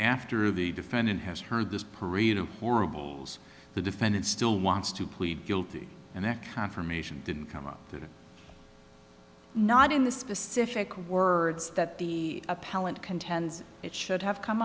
after the defendant has heard this parade of horribles the defendant still wants to plead guilty and that confirmation didn't come up to the not in the specific words that the appellant contends it should have come